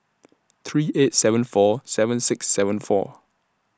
three eight seven four seven six seven four